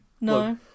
No